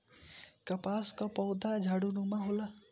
कपास कअ पौधा झाड़ीनुमा होला